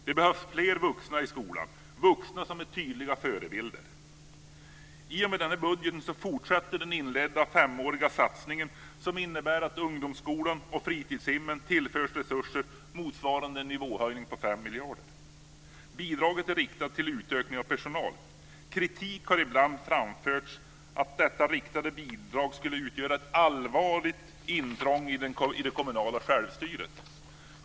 Det behövs fler vuxna i skolan, vuxna som är tydliga förebilder. I och med denna budget fortsätter den inledda femåriga satsning som innebär att ungdomsskolan och fritidshemmen tillförs resurser motsvarande en nivåhöjning på 5 miljarder. Bidraget är riktat till utökning av personal. Kritik har ibland framförts om att detta riktade bidrag skulle utgöra ett allvarligt intrång i det kommunala självstyret.